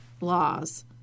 laws